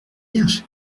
vierge